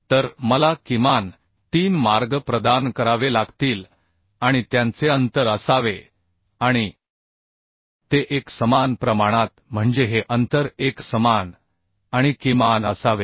तर मला किमान 3 मार्ग प्रदान करावे लागतील आणि त्यांचे अंतर असावे आणिते एकसमान प्रमाणात म्हणजे हे अंतर एकसमान आणि किमान असावे